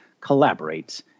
collaborates